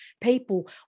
people